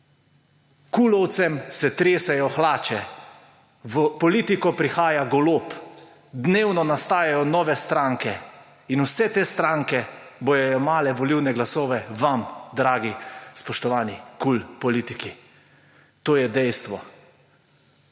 Kulovcem se tresejo hlače. V politiko prihaja Golob. Dnevno nastajajo nove stranke in vse te stranke bodo jemale volilne glasove vam, dragi spoštovani politiki KUL. To je dejstvo.